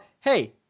Hey